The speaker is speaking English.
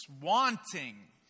Wanting